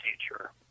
teacher